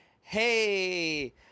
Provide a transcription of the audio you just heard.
hey